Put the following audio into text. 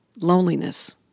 loneliness